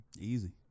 Easy